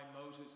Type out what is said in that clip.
Moses